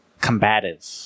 combative